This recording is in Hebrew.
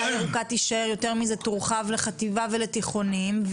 הירוקה תישאר ויותר מזה תורחב גם לחטיבות ולתיכונים.